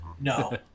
No